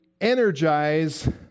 energize